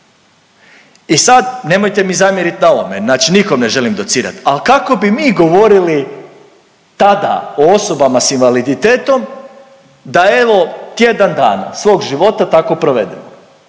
I sad nemojte mi zamjerit na ovome. Znači, nikom ne želim docirati ali kako bi mi govorili tada o osobama sa invaliditetom da evo tjedan dana svog života tako provedemo